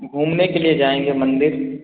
घूमने के लिए जाएँगे मंदिर